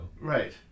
Right